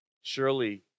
surely